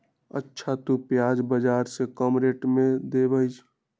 अच्छा तु प्याज बाजार से कम रेट में देबअ?